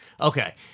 Okay